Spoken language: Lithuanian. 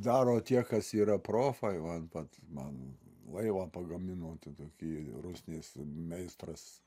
daro tie kas yra profai van vat man laivą pagamino tokį rusnės meistras